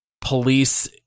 police